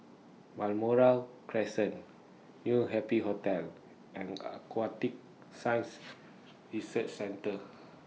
Balmoral Crescent New Happy Hotel and Aquatic Science Research Centre